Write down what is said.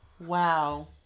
wow